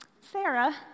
Sarah